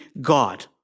God